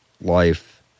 life